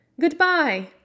goodbye